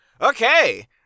Okay